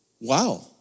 wow